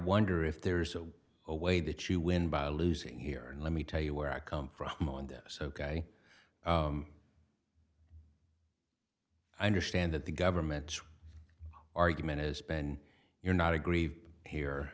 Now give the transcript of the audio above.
wonder if there's a way that you win by losing here and let me tell you where i come from on this ok i understand that the government's argument has been you're not aggrieved here